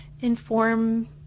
inform